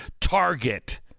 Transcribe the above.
target